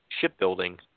shipbuilding